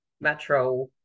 metro